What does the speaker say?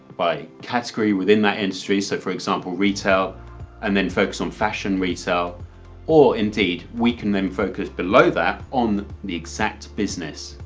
by category within that industry so for example retail and then focus on fashion retail or indeed we can then focus below that on the exact business.